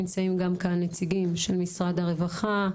נמצאים גם כאן נציגים של משרד הרווחה,